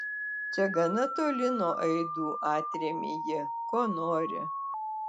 čia gana toli nuo aidų atrėmė ji ko nori